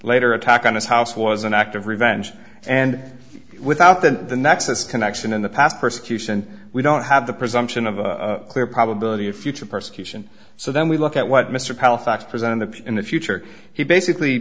later attack on his house was an act of revenge and without that the nexus connection in the past persecution we don't have the presumption of a clear probability of future persecution so then we look at what mr palafox presented in the future he basically